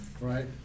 right